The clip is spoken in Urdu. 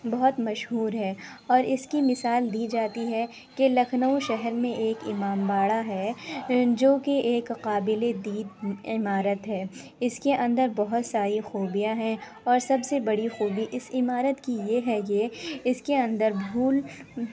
بہت مشہور ہے اور اس کی مثال دی جاتی ہے کہ لکھنؤ شہر میں ایک امام باڑا ہے جو کہ ایک قابل دید عمارت ہے اس کے اندر بہت ساری خوبیاں ہیں اور سب سے بڑی خوبی اس عمارت کی یہ ہے یہ اس کے اندر بھول